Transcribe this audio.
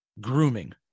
grooming